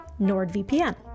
NordVPN